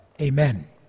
Amen